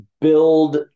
build